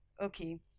okay